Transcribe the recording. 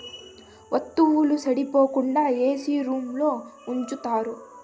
వత్తువుల సెడిపోకుండా ఏసీ రూంలో ఉంచుతారు